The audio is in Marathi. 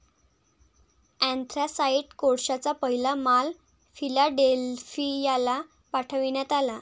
अँथ्रासाइट कोळशाचा पहिला माल फिलाडेल्फियाला पाठविण्यात आला